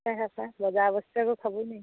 সঁচাকে পাই বজাৰৰ বস্তু একো খাবই নোৱাৰি